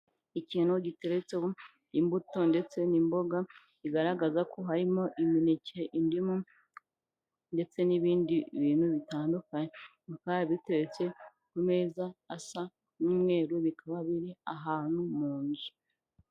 Ikintu giteretseho imbuto ndetse n'imboga, bigaragaza ko harimo imineke, indimu ndetse n'ibindi bintu bitandukanye, biteretse ku meza asa n'umweru, bikaba biri ahantu mu nzu.